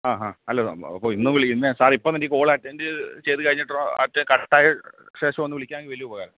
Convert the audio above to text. ആ ആ അല്ല അപ്പം ഇന്ന് വിളി ഇന്ന് സാർ ഇപ്പം ഒന്ന് കോൾ അറ്റൻറ്റ് ചെയ്ത് ചെയ്തു കഴിഞ്ഞിട്ട് കട്ടായാൽ ശേഷമൊന്നു വിളിക്കാമെങ്കിൽ വലിയ ഉപകാരം